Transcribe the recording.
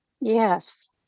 Yes